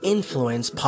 Influence